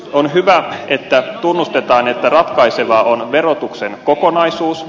on hyvä että tunnustetaan että ratkaisevaa on verotuksen kokonaisuus